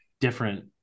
different